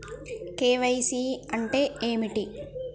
KYC అంటే ఏమిటి?